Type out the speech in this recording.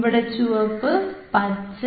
ഇവിടെ ചുവപ്പ് പച്ച